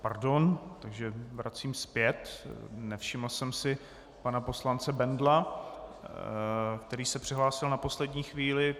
Pardon, vracím zpět, nevšiml jsem si pana poslance Bendla, který se přihlásil na poslední chvíli.